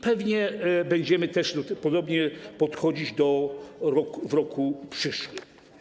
Pewnie będziemy podobnie podchodzić do tego w roku przyszłym.